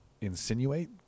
insinuate